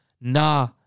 Nah